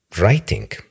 writing